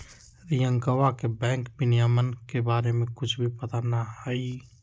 रियंकवा के बैंक विनियमन के बारे में कुछ भी पता ना हई